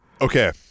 Okay